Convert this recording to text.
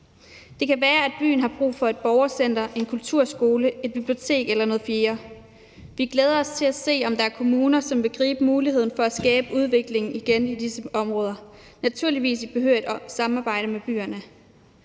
Det kan være, at byen har brug for et borgercenter, en kulturskole, et bibliotek eller noget fjerde. Vi glæder os til at se, om der er kommuner, som vil gribe muligheden for at skabe udvikling igen i disse områder – naturligvis i behørigt samarbejde med byerne.